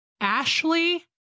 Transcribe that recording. Ashley